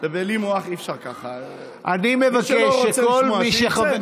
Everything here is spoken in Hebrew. ובלי מוח, אי-אפשר ככה, מי שלא רוצה לשמוע, שיצא.